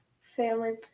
Family